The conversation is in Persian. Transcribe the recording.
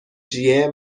جیه